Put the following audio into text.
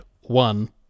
One